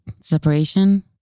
Separation